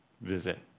visit